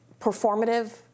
performative